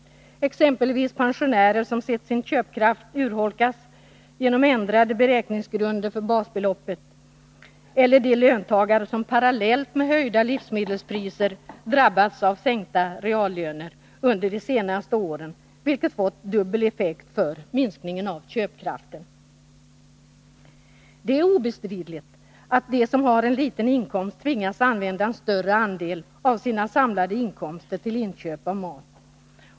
Det gäller exempelvis pensionärer, som sett sin köpkraft urholkas genom ändrade beräkningsgrunder för basbeloppet. Det gäller de löntagare som parallellt med höjda livsmedelspriser har drabbats av sänkta reallöner under de senaste åren, vilket fått dubbel effekt för minskningen av köpkraften. Det är obestridligt att de som har en liten inkomst tvingas använda en större andel av sina samlade inkomster till inköp av mat.